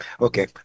okay